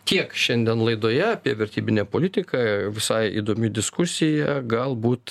tiek šiandien laidoje apie vertybinę politiką visai įdomi diskusija galbūt